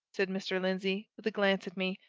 said mr. lindsey, with a glance at me.